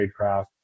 Tradecraft